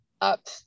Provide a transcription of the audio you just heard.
up